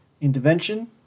intervention